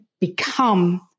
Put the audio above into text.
become